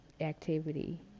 activity